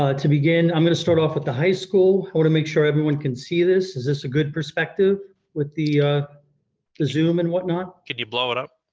ah to begin, i'm gonna start off with the high school. i wanna make sure everyone can see this, is this a good perspective with the zoom and whatnot? could you blow it up?